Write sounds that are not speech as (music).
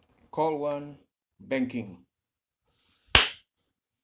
call one banking (noise)